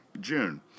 June